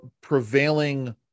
prevailing